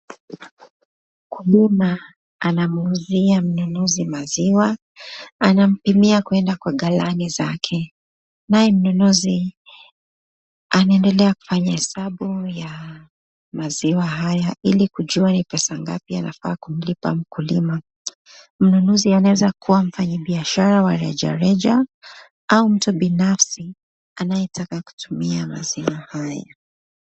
Mkulima anamuuzia mnunuzi maziwa. Anampimia kuweka kwa galani zake. Naye mnunuzi anaendelea kufanya hesabu ya maziwa haya ili kujua ni pesa ngapi anafaa kumlipa mkulima. Mnunuzi anaweza kuwa mfanyabiashara wa rejareja au mtu binafsi anayetaka kutumia maziwa haya.